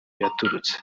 yaturutse